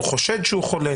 חושד שהוא חולה